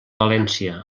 valència